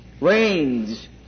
rains